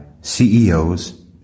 CEOs